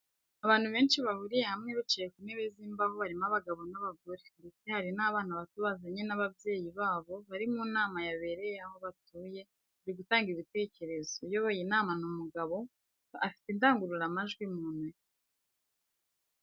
Abantu benshi bahuriye hamwe bicaye ku ntebe z'imbaho barimo abagabo n'abagore, ndetse hari n'abana bato bazanye n'ababyeyi babo bari mu nama yabereye aho batuye bari gutanga ibitekerzo, uyoboye inama ni umugabo afite indangururamajwi mu ntoki.